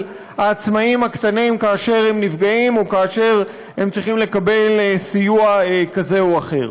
העסקים הקטנים כאשר הם נפגעים או כאשר הם צריכים לקבל סיוע כזה או אחר.